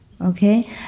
okay